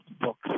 books